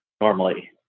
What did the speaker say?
normally